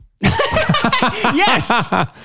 Yes